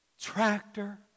tractor